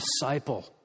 disciple